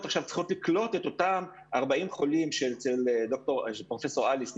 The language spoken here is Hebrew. צריכות לקלוט את אותם 40 חולים שנמצאים במחלקה של פרופ' אליס,